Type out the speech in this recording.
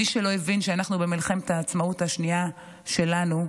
מי שלא הבין שאנחנו במלחמת העצמאות השנייה שלנו,